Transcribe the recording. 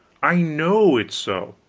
i know it's so.